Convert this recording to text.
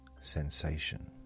sensation